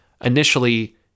initially